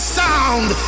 sound